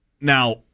Now